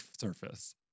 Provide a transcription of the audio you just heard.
surface